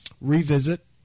Revisit